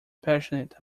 passionate